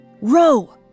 Row